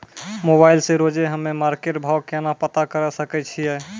Mobile से रोजे हम्मे मार्केट भाव केना पता करे सकय छियै?